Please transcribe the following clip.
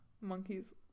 Monkeys